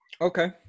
Okay